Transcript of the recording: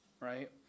right